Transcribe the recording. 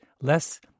less